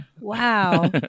Wow